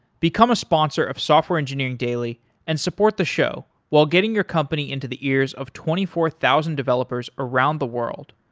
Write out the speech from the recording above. become a sponsor of software engineering daily and support the show while getting your company into the ears of twenty four thousand developers around the world.